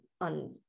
on